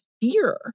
fear